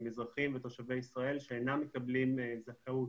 הם אזרחים ותושבי ישראל שאינם מקבלים זכאות,